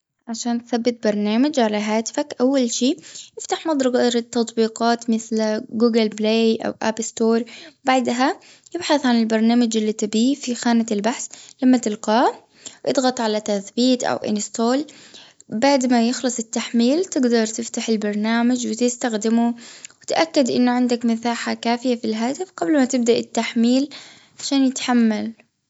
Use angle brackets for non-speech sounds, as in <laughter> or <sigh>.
عشان تثبت برنامج على هاتفك أول شيء افتح متجر للتطبيقات مثل جوجل بلاي أو اب ستور. بعدها تبحث عن البرنامج اللي تبيه في خانة البحث. لم تلقا اضغط على تثبيت أو. <unintelligible> بعد ما يخلص التحميل تقدر تفتح البرنامج وتستخدمه تأكد أنه عندك مساحة كافية في الهاتف قبل ما تبدأ التحميل عشان يتحمل.